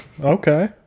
okay